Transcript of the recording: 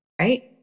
right